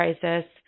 crisis